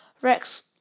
Rex